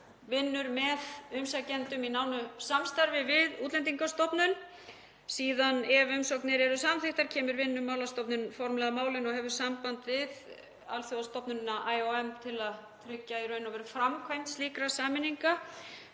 vinnur með umsækjendum í nánu samstarfi við Útlendingastofnun. Síðan ef umsagnir eru samþykktar kemur Vinnumálastofnun formlega að málinu og hefur samband við alþjóðastofnunina IOM til að tryggja framkvæmd slíkra sameininga.